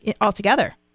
altogether